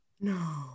No